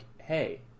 hey